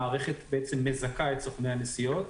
המערכת מזכה את סוכני הנסיעות,